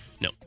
No